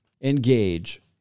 engage